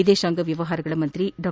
ವಿದೇಶಾಂಗ ವ್ಯವಹಾರಗಳ ಸಚಿವ ಡಾ